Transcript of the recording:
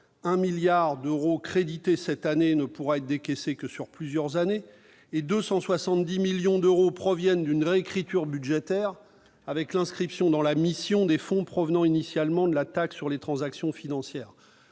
1 milliard d'euros crédité cette année ne pourra être décaissé que sur plusieurs années, et 270 millions d'euros proviennent d'une réécriture budgétaire, avec l'inscription dans la mission des fonds provenant initialement de la taxe sur les transactions financières.